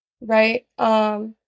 right